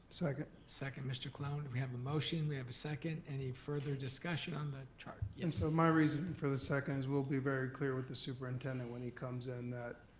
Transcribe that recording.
second. second, mr. colon. and we have a motion, we have a second. any further discussion on the chart? so my reason for the seconds will be very clear with the superintendent when he comes in that